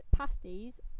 pasties